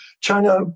china